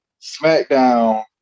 SmackDown